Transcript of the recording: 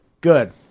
Good